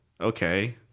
okay